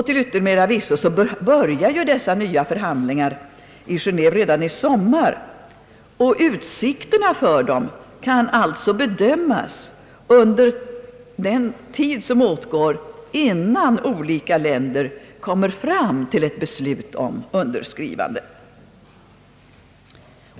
Till yttermera visso börjar ju de nya förhandlingarna i Genéve redan i sommar, och utsikterna för dem kan alltså bedömas under den tid som åtgår innan olika länder kommer fram till ett beslut om underskrivande.